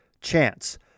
chance